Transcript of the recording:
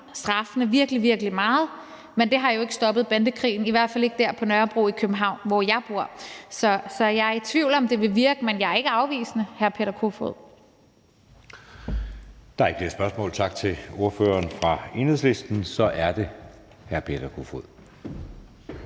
straffene virkelig, virkelig meget, men det har jo ikke stoppet bandekrigen, i hvert fald ikke på Nørrebro i København, hvor jeg bor. Så jeg er i tvivl om, om det vil virke, men jeg er ikke afvisende, hr. Peter Kofod. Kl. 17:14 Anden næstformand (Jeppe Søe): Der er ikke flere spørgsmål. Tak til ordføreren fra Enhedslisten. Så er det hr. Peter Kofod.